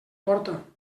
porta